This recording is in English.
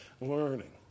learning